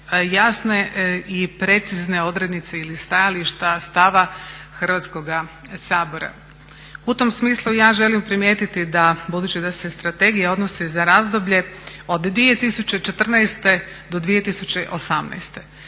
jasne i precizne odrednice ili stajališta, stava Hrvatskoga sabora. U tom smislu ja želim primijetiti da budući da se strategija odnosi za razdoblje od 2014.-2018.,